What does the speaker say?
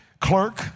Clerk